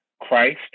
Christ